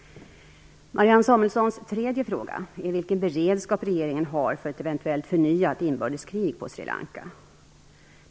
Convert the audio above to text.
Marianne Samuelssons tredje fråga är vilken beredskap regeringen har för ett eventuellt förnyat inbördeskrig på Sri Lanka.